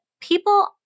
people